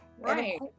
Right